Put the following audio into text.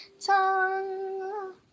tongue